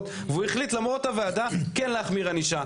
והוא החליט למרות הוועדה כן להחמיר ענישה,